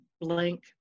blank